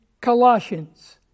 Colossians